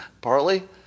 Partly